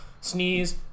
Sneeze